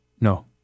No